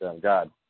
God